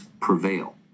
prevail